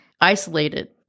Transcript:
isolated